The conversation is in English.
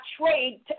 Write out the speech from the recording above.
trade